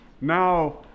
now